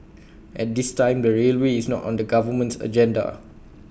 at this time the railway is not on the government's agenda